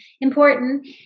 important